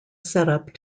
setup